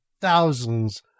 thousands